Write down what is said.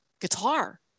guitar